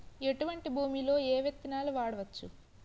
ఎటువంటి భూమిలో ఏ విత్తనాలు వాడవచ్చు?